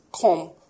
come